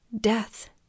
Death